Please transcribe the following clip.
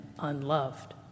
unloved